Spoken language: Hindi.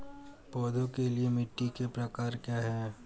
पौधों के लिए मिट्टी के प्रकार क्या हैं?